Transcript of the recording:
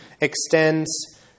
extends